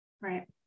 Right